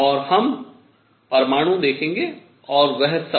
और हम परमाणु देखेंगे और वह सब